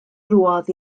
drwodd